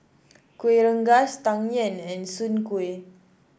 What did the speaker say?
Kuih Rengas Tang Yuen and Soon Kuih